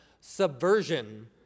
subversion